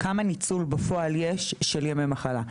כמה ניצול בפועל יש של ימי מחלה.